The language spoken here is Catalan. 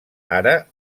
ara